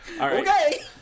Okay